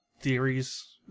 theories